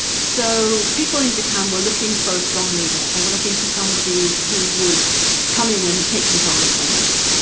so people in japan were looking for a strong leader, they were looking for somebody who would come in and take control of things.